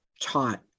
taught